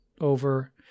over